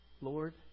Lord